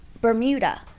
Bermuda